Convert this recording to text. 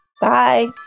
Bye